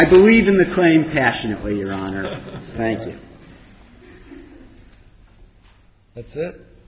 i believe in the claim passionately your honor thank you that's